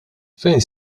fejn